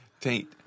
Taint